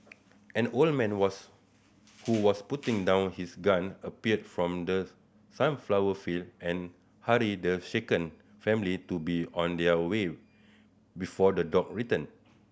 an old man was who was putting down his gun appeared from the sunflower field and hurried the shaken family to be on their way before the dog return